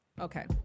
Okay